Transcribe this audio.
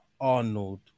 Arnold